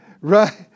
Right